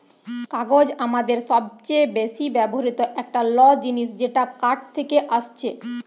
কাগজ আমাদের সবচে বেশি ব্যবহৃত একটা ল জিনিস যেটা কাঠ থেকে আসছে